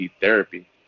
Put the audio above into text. Therapy